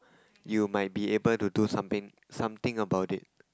you might be able to do something something about it